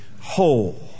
whole